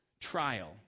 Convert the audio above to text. Trial